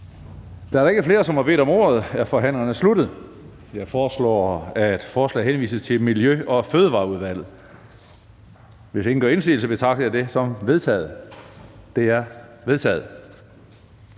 SF. Da der ikke er flere, som har bedt om ordet, er forhandlingen sluttet. Jeg foreslår, at forslaget til folketingsbeslutning henvises til Miljø- og Fødevareudvalget. Hvis ingen gør indsigelse, betragter jeg det som vedtaget. Det er vedtaget.